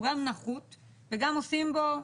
הוא גם נחות וגם עושים בו,